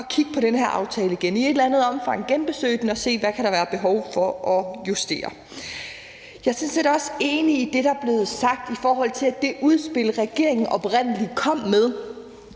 at kigge på den her aftale igen og i et eller andet omfang at genbesøge den og se, hvad der kan være behov for at justere. Jeg er sådan set også enig i det, der er blevet sagt, i forhold til at det udspil, regeringen oprindelig kom med,